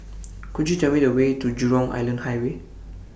Could YOU Tell Me The Way to Jurong Island Highway